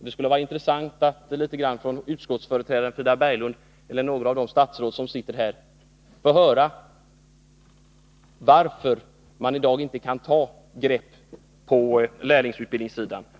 Det skulle vara intressant att från utskottsföreträdaren Frida Berglund eller något av de statsråd som sitter här få höra varför man i dag inte kan ta ett grepp på lärlingsutbildningssidan.